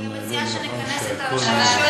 אני מציעה שנכנס את ראשי הרשויות.